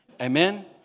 Amen